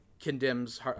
condemns